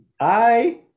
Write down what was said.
Hi